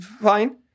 fine